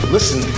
Listen